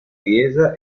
chiesa